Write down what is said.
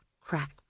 crack